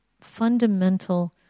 fundamental